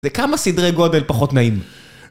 זה כמה סדרי גודל פחות נעים.